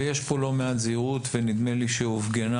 ויש כאן לא מעט זהירות ונדמה לי שהופגנה